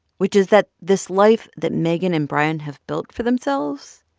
which is that this life that megan and brian have built for themselves,